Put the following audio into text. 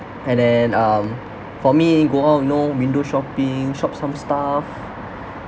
and then um for me go out you know window shopping shops some stuff